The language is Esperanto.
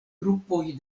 grupoj